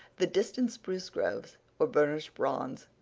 the distant spruce groves were burnished bronze,